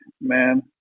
man